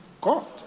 God